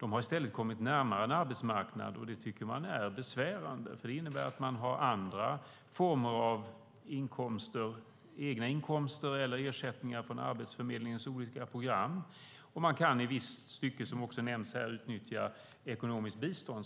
har kommit närmare arbetsmarknaden, och det tycker Socialdemokraterna är besvärande. Det innebär att individerna har andra former av egna inkomster eller ersättningar från Arbetsförmedlingens olika program, och de kan också i viss mån, som också nämns här, utnyttja ekonomiskt bistånd.